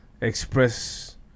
express